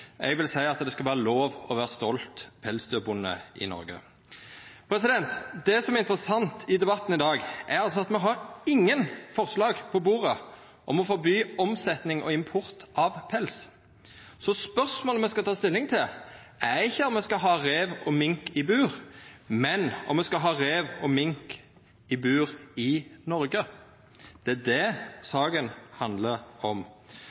Eg vil seia at det skal vera lov å vera stolt pelsdyrbonde i Noreg. Det som er interessant i debatten i dag, er at me har ingen forslag på bordet om å forby omsetjing og import av pels. Så spørsmålet me skal ta stilling til, er ikkje om me skal ha rev og mink i bur, men om me skal ha rev og mink i bur i Noreg. Det er det saka handlar om.